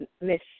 Miss